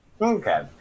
Okay